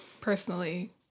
Personally